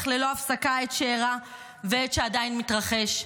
ללא הפסקה את שאירע ואת שעדיין מתרחש.